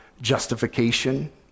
justification